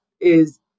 is-